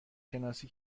شناسی